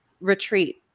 retreat